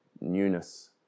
newness